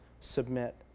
submit